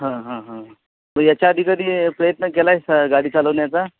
हां हां हां मग याच्याआधी कधी प्रयत्न केला आहेस गाडी चालवण्याचा